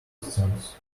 cents